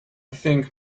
think